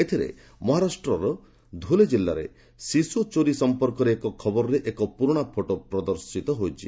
ଏଥିରେ ମହାରାଷ୍ଟର ଧୁଲେ ଜିଲ୍ଲାରେ ଶିଶୁ ଚୋରି ସଫପର୍କରେ ଏକ ଖବରରେ ଏକ ପୁରୁଣା ଫଟୋ ପ୍ରଦର୍ଶିତ କରାଯାଇଛି